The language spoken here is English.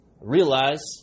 Realize